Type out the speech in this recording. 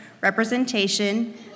representation